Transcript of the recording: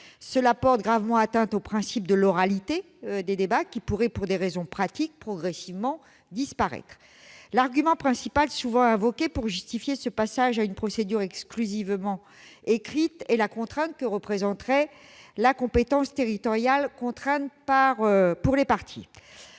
Cela porte gravement atteinte au principe de l'oralité des débats, qui pourraient, pour des raisons « pratiques », progressivement disparaître. L'argument principal souvent invoqué pour justifier ce passage à une procédure exclusivement écrite est la contrainte que représenterait la compétence territoriale- contrainte pour les parties.